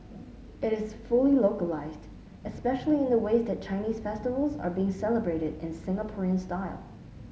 it is fully localised especially in the ways that Chinese festivals are being celebrated in Singaporean style